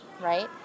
right